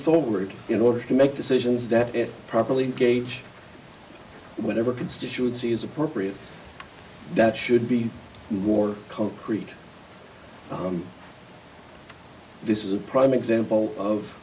forward in order to make decisions that if properly gauge whatever constituency is appropriate that should be more concrete this is a prime example of